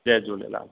Jay Jhulelal